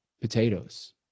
potatoes